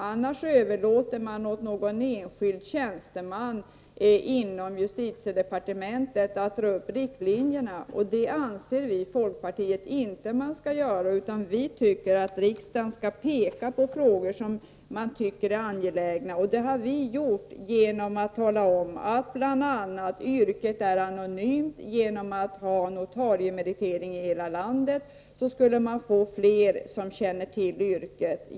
Annars överlåter utskottet åt någon enskild tjänsteman inom justitiedepartementet att dra upp riktlinjerna. Det anser vi i folkpartiet att man inte skall göra. Vi anser att riksdagen skall ange de frågor man tycker är angelägna. Detta har vi i folkpartiet gjort. Vi har bl.a. talat om att yrket är anonymt och föreslagit att man genom att införa notariemeritering i hela landet skulle få fler som känner till yrket.